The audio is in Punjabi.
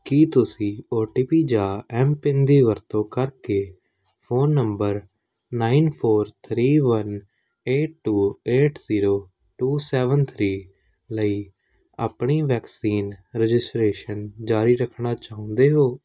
ਕੀ ਤੁਸੀਂ ਓ ਟੀ ਪੀ ਜਾਂ ਐੱਮਪਿੰਨ ਦੀ ਵਰਤੋਂ ਕਰਕੇ phone number nine four three one eight two eight zero two seven three ਲਈ ਆਪਣੀ ਵੈਕਸੀਨ ਰਜਿਸਟ੍ਰੇਸ਼ਨ ਜਾਰੀ ਰੱਖਣਾ ਚਾਹੁੰਦੇ ਹੋ